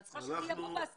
הוא צריך להיות בהסכמות.